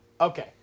okay